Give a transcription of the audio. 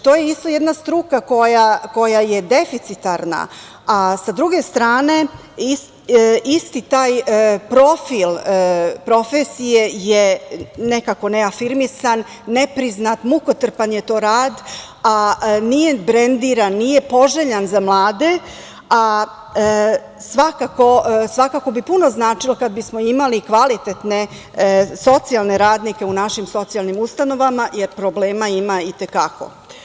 To je isto jedna struka koja je deficitarna, a sa druge strane, isti taj profil profesije je nekako neafirmisan, mukotrpan je to rad, a nije brendiran, nije poželjan za mlade, svakako bi puno značilo, kada bismo imali kvalitetne socijalne radnike u našim socijalnim ustanovama, jer problema ima i te kako.